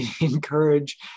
encourage